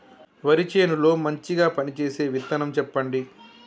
వరి చేను లో మంచిగా పనిచేసే విత్తనం చెప్పండి?